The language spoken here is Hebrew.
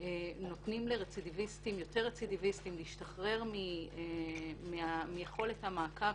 נותנים ליותר רצידיביסטים להשתחרר מיכולת המעקב